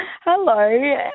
Hello